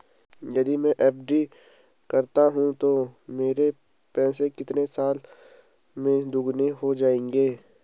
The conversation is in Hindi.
यदि मैं एफ.डी करता हूँ तो मेरे पैसे कितने साल में दोगुना हो जाएँगे?